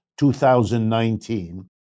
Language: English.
2019